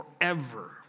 forever